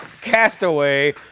Castaway